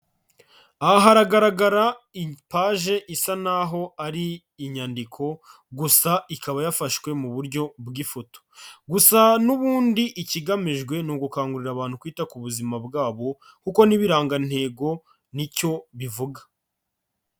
Aha haragaragara ipage isa naho ari inyandiko, gusa ikaba yafashwe mu buryo bw'ifoto. Gusa n'ubundi ikigamijwe ni ugukangurira abantu kwita ku buzima bwabo, kuko n'ibirangantego nicyo bivuga.